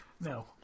No